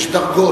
יש דרגות.